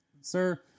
sir